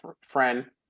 friend